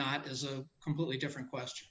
not is a completely different question